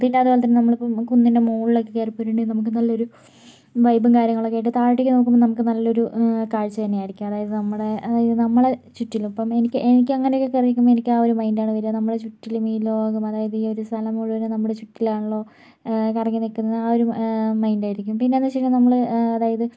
പിന്നെ അതുപോലെ തന്നെ നമ്മള് ഇപ്പോൾ കുന്നിൻ്റെ മുകളിലൊക്കെ കയറി പോയിട്ടുണ്ടെങ്കിൽ നമുക്ക് നല്ലൊരു വൈബും കാര്യങ്ങളൊക്കെ ആയിട്ട് താഴോട്ടേക്ക് നോക്കുമ്പോൾ നമുക്ക് നല്ലൊരു കാഴ്ച തന്നെയായിരിക്കും അതായത് നമ്മുടെ അതായത് നമ്മളെ ചുറ്റിലും ഇപ്പം എനിക്ക് എനിക്ക് അങ്ങനെ ഒക്കെ കയറി നിൽക്കുമ്പോൾ എനിക്ക് ആ ഒരു മൈൻഡ് ആണ് വരിക നമ്മളെ ചുറ്റിലും ഈ ലോകം അതായത് ഈ ഒരു സ്ഥലം മുഴുവനും നമ്മുടെ ചുറ്റിലാണല്ലോ കറങ്ങി നിൽക്കുന്നത് എന്നുള്ള ആ ഒരു മൈൻഡ് ആയിരിക്കും പിന്നെന്ന് വച്ചിട്ടുണ്ടെങ്കിൽ നമ്മള് അതായത്